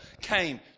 came